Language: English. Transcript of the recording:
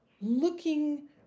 looking